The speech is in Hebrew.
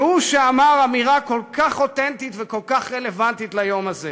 והוא שאמר אמירה כל כך אותנטית וכל כך רלוונטית ליום הזה,